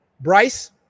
Bryce